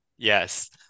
Yes